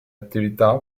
attività